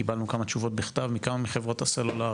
קיבלנו כמה תשובות בכתב מכמה מחברות הסלולר,